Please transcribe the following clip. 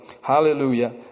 Hallelujah